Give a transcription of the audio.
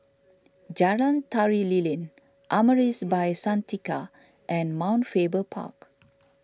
Jalan Tari Lilin Amaris By Santika and Mount Faber Park